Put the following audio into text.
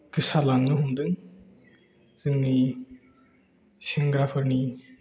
गोसारलांनो हमदों जोंनि सेंग्राफोरनि